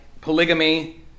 polygamy